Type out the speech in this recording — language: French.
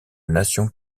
nation